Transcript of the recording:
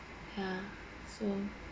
ya so